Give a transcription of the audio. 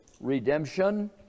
redemption